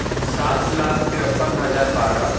سات لاکھ ترپن ہزار بارہ